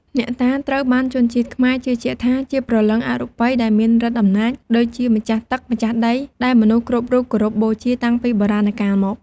អ្នកតា ត្រូវបានជនជាតិខ្មែរជឿជាក់ថា ជាព្រលឹងអរូបីដែលមានឫទ្ធិអំណាច ដូចជាម្ចាស់ទឹក ម្ចាស់ដី ដែលមនុស្សគ្រប់រូបគោរពបូជាតាំងពីបុរាណកាលមក។